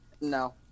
No